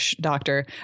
Doctor